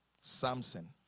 Samson